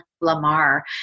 Lamar